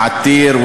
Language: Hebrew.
בעתיר,